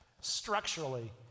Structurally